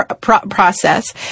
process